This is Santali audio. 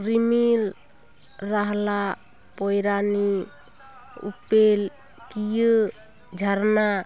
ᱨᱤᱢᱤᱞ ᱨᱟᱦᱞᱟ ᱯᱚᱭᱨᱟᱱᱤ ᱩᱯᱮᱞ ᱠᱤᱭᱟᱹ ᱡᱷᱟᱨᱱᱟ